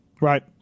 Right